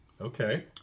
Okay